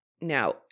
Now